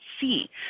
see